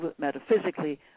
metaphysically